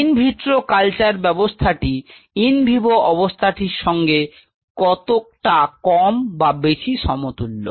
in vitro culture ব্যাবস্থাটি in vivo ব্যাবস্থাটির সঙ্গে কতটা কম বা বেশি সমতুল্য